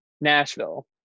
Nashville